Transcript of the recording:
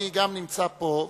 אני גם נמצא פה,